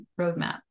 roadmap